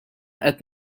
qed